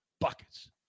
Buckets